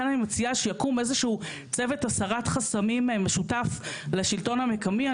לכן אני מציעה שיקום איזשהו צוות הסרת חסמים משותף לשלטון המקומי.